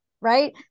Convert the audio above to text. right